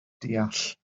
deall